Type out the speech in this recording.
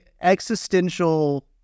existential